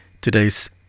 Today's